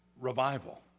revival